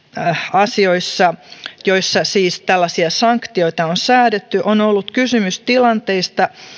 asioissa joissa siis tällaisia sanktioita on säädetty on ollut kysymys tilanteista